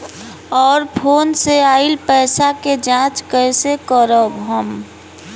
और फोन से आईल पैसा के जांच कैसे करब हम?